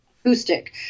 acoustic